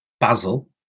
basil